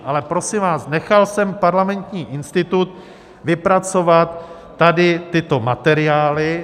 Ale prosím vás, nechal jsem Parlamentní institut vypracovat tady tyto materiály.